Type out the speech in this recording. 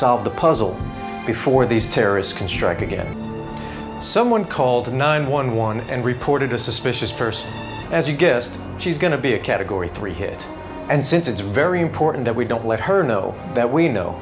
solve the puzzle before these terrorists can strike again someone called nine one one and reported a suspicious person as you guessed she's going to be a category three hit and since it's very important that we don't let her know that we know